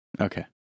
Okay